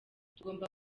tugomba